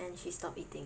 and she stop eating